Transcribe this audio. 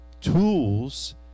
tools